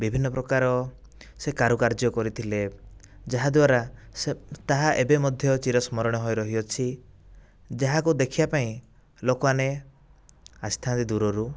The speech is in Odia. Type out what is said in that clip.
ବିଭିନ୍ନ ପ୍ରକାର ସେ କାରୁକାର୍ଯ୍ୟ କରିଥିଲେ ଯାହାଦ୍ୱାରା ତାହା ଏବେ ମଧ୍ୟ ଚିରସ୍ମରଣୀୟ ହୋଇ ରହିଅଛି ଯାହାକୁ ଦେଖିବା ପାଇଁ ଲୋକମାନେ ଆସିଥାନ୍ତି ଦୂରରୁ